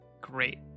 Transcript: Great